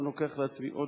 אני לוקח לעצמי עוד,